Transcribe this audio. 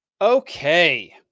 Okay